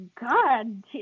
God